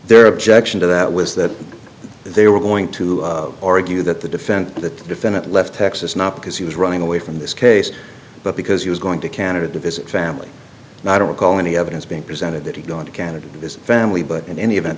their objection to that was that they were going to argue that the defendant that the defendant left texas not because he was running away from this case but because he was going to canada to visit family and i don't recall any evidence being presented that he gone to canada with his family but in any event